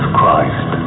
Christ